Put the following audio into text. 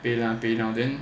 Paylah Paynow then